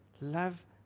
Love